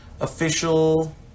Official